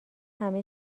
همه